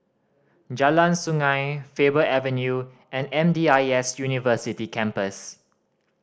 Jalan Sungei Faber Avenue and M D I S University Campus